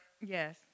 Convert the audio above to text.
Yes